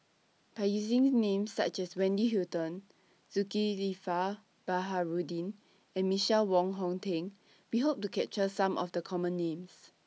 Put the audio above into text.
By using Names such as Wendy Hutton Zulkifli Baharudin and Michael Wong Hong Teng We Hope to capture Some of The Common Names